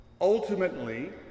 Ultimately